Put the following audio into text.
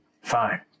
fine